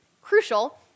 crucial